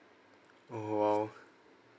oh !wow!